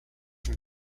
from